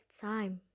time